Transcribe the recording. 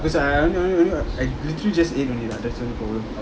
cause I I only only only I literally just ate only lah that's the only problem